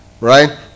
right